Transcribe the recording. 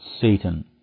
Satan